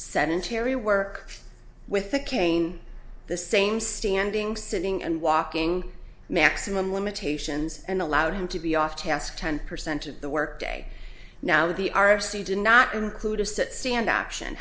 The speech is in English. sedentary work with a cane the same standing sitting and walking maximum limitations and allowed him to be off task ten percent of the work day now the r c did not include a sit stand action